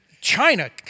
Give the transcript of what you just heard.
China